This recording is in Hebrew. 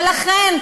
ולכן,